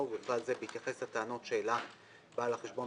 ובכלל זה בהתייחס לטענות שהעלה בעל החשבון